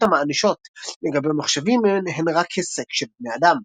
המאנישות לגבי מחשבים הן רק היסק של בני אדם.